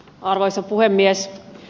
arvoisa puhemies